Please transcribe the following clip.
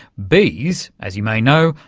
bees, as you may know,